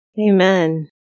Amen